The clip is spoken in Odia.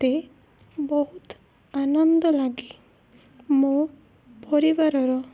ମୋତେ ବହୁତ ଆନନ୍ଦ ଲାଗେ ମୋ ପରିବାରର